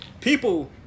people